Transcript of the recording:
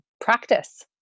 practice